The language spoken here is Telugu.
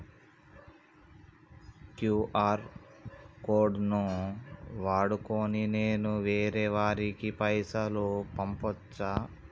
క్యూ.ఆర్ కోడ్ ను వాడుకొని నేను వేరే వారికి పైసలు పంపచ్చా?